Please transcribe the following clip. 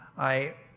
i.